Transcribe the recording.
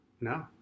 No